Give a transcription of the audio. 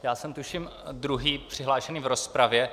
Já jsem tuším druhý přihlášený v rozpravě.